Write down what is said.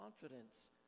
Confidence